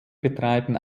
betreiben